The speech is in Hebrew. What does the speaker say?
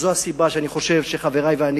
זו הסיבה שחברי ואני